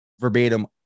verbatim